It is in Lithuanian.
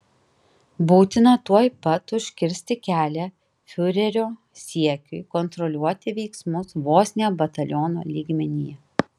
būtina tuoj pat užkirsti kelią fiurerio siekiui kontroliuoti veiksmus vos ne bataliono lygmenyje